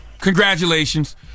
congratulations